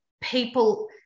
people